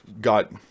got